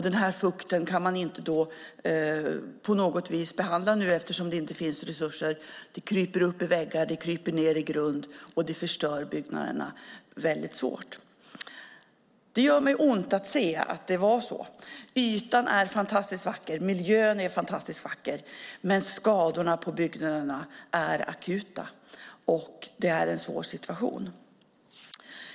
Denna fukt kan man nu inte på något vis behandla eftersom det inte finns resurser. Den kryper upp i väggar och ned i grunden och förstör byggnaderna. Det gör mig ont att se att det är så här. Ytan är fantastiskt vacker, och miljön är fantastiskt vacker. Men skadorna på byggnaderna är akuta, och det är en svår situation.